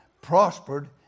prospered